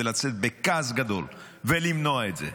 לצאת בכעס גדול ולמנוע את זה.